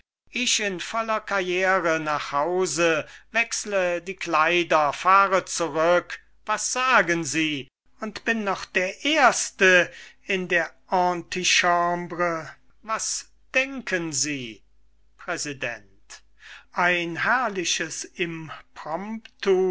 ich in voller carrire nach haus wechsle die kleider fahre zurück was sagen sie und bin noch der erste in der antichambre was denken sie präsident ein herrliches